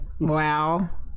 Wow